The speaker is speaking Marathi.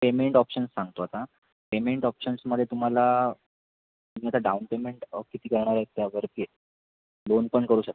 पेमेंट ऑप्शन्स सांगतो आता पेमेंट ऑप्शन्समध्ये तुम्हाला तुम्ही आता डाऊन पेमेंट किती करणार आहेत त्यावरती आहे लोन पण करू शकता